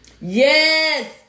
Yes